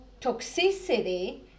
toxicity